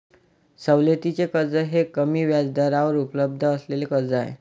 सवलतीचे कर्ज हे कमी व्याजदरावर उपलब्ध असलेले कर्ज आहे